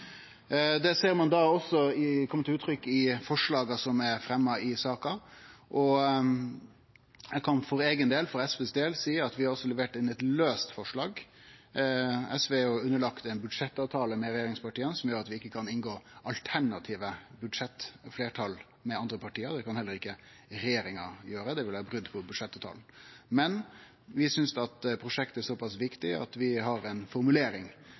Det ser ein også at kjem til uttrykk i forslaga som er fremja i saka. Eg kan for eigen og SVs del seie at vi også har levert inn eit laust forslag. SV er underlagt ein budsjettavtale med regjeringspartia som gjer at vi ikkje kan gå inn i alternative budsjettfleirtal med andre parti. Det kan heller ikkje regjeringa gjere. Det ville ha vore eit brot på budsjettavtalen. Men vi synest prosjektet er såpass viktig at vi har ei formulering